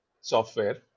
software